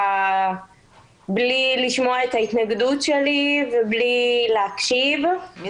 בלי לשמוע את ההתנגדות שלי ובלי להקשיב לי.